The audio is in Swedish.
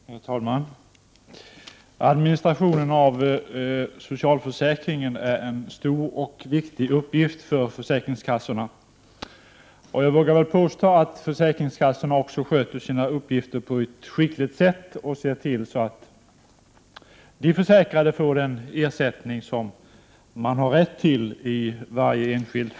Herr talman! Administrationen av socialförsäkringen är en stor och viktig uppgift för försäkringskassorna. Jag vågar också påstå att försäkringskassorna sköter sina uppgifter på ett skickligt sätt och ser till att de försäkrade får den ersättning som de i varje enskilt fall är berättigade till.